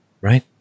right